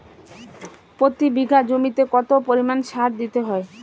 প্রতি বিঘা জমিতে কত পরিমাণ সার দিতে হয়?